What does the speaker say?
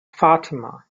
fatima